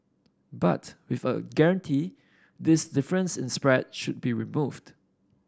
but with a guarantee this difference in spread should be removed